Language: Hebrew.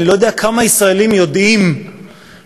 אני לא יודע כמה ישראלים יודעים שלפני